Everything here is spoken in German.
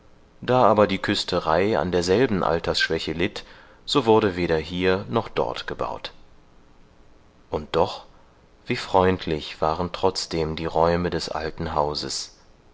da aber die küsterei an derselben altersschwäche litt so wurde weder hier noch dort gebaut und doch wie freundlich waren trotzdem die räume des alten hauses